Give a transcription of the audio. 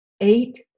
eight